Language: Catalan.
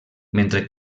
mentre